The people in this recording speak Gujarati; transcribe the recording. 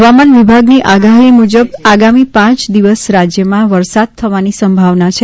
હવામાન વિભાગની આગાહી મુજબ આગામી પાંચ દિવસ રાજ્યમાં વરસાદ થવાની સંભાવના છે